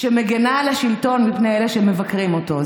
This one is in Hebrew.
שמגינה על השלטון מפני אלה שמבקרים אותו.